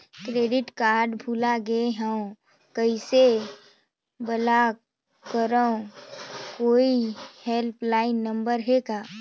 Credit card भुला गे हववं कइसे ब्लाक करव? कोई हेल्पलाइन नंबर हे का?